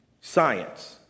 science